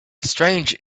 strange